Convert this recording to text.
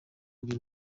mbi